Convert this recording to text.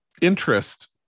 interest